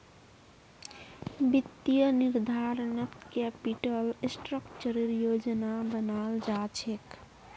वित्तीय निर्धारणत कैपिटल स्ट्रक्चरेर योजना बनाल जा छेक